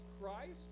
Christ